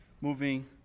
moving